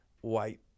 white